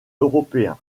européen